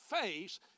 face